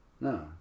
no